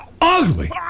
ugly